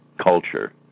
culture